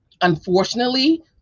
unfortunately